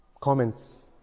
comments